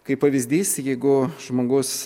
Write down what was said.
kaip pavyzdys jeigu žmogus